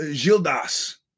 gildas